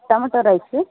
tomato rice ರೀ